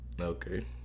okay